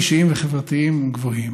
מחירים אישיים וחברתיים גבוהים.